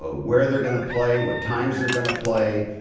ah where they're going to play, what times they're going to play.